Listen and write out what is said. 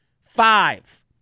Five